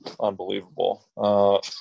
unbelievable